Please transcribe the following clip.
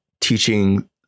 teaching